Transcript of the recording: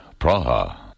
Praha